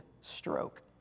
stroke